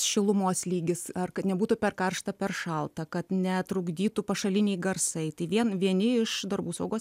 šilumos lygis ar kad nebūtų per karšta per šalta kad netrukdytų pašaliniai garsai tai vien vieni iš darbų saugos